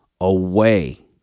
away